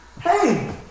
hey